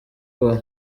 col